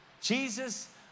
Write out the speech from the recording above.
Jesus